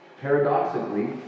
paradoxically